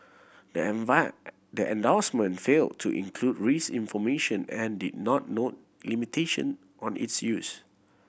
the the endorsement failed to include risk information and did not note limitation on its use